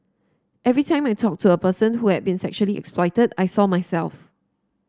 every time I talked to a person who had been sexually exploited I saw myself